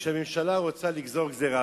כשהממשלה רוצה לגזור גזירה,